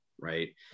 right